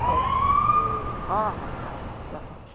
ହଉ ହଁ ହଁ ହଁ ରଖ